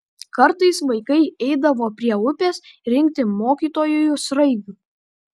kartais vaikai eidavo prie upės rinkti mokytojui sraigių